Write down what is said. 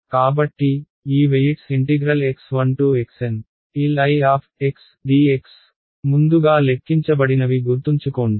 కాబట్టి ఈ weights x1xNLidx ముందుగా లెక్కించబడినవి గుర్తుంచుకోండి